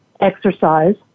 exercise